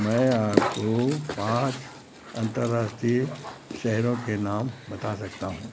मैं आपको पाँच अंतर्राष्ट्रीय शहरों के नाम बता सकता हूँ